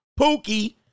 Pookie